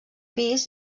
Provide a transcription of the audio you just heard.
pis